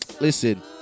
Listen